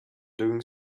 doing